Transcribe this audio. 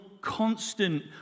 constant